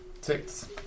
Six